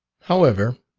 however,